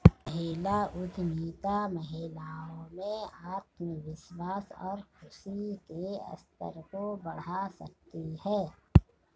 महिला उद्यमिता महिलाओं में आत्मविश्वास और खुशी के स्तर को बढ़ा सकती है